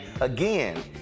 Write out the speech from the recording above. again